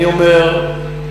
אני אומר,